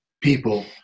people